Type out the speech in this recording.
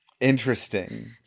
Interesting